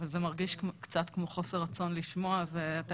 אבל זה מרגיש קצת כמו חוסר רצון לשמוע,